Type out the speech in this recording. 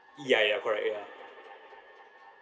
ya ya correct ya